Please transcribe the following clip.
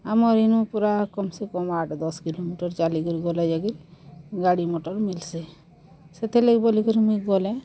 ଆମର୍ ଇନୁ ପୂରା କମ୍ସେ କମ୍ ଆଠ୍ ଦଶ୍ କିଲୋମିଟର୍ ଚାଲିକରି ଗଲେ ଯାଇକିର୍ ଗାଡ଼ି ମୋଟର୍ ମିଲ୍ସି ସେଥିଲାଗିର୍ ବୋଲିକରି ମୁଇଁ ଗଲେ